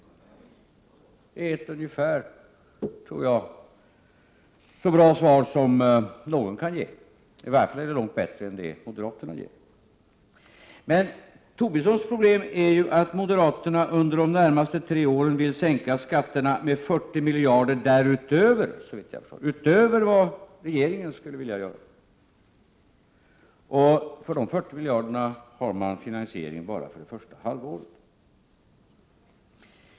Jag tror att det är ett ungefär så bra svar som någon kan ge — det är i varje fall långt bättre än det moderaterna ger. Men Tobissons problem är ju att moderaterna under de närmaste tre åren, såvitt jag förstår, vill sänka skatterna med 40 miljarder utöver vad regeringen skulle vilja göra. Och för dessa 40 miljarder har man finansiering bara för det första halvåret.